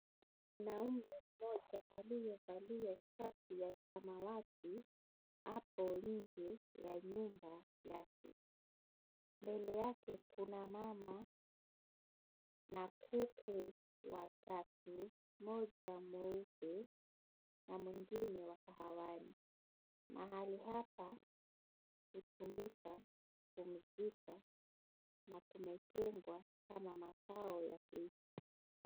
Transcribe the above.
Mwanaume mmoja aliyevalia shati ya samawati hapo nje ya nyumba yake. Mbele yake kuna mama na kuku watatu, mmoja mweupe na mwengine wa kahawani. Mahali hapa hutumika kwenye vita na kumetengwa kama mkao ya kuishi.